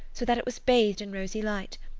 so that it was bathed in rosy light.